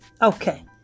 Okay